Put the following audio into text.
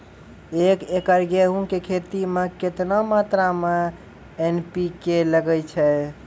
एक एकरऽ गेहूँ के खेती मे केतना मात्रा मे एन.पी.के लगे छै?